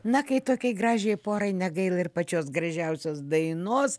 na kai tokiai gražiai porai negaila ir pačios gražiausios dainos